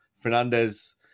Fernandez